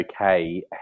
okay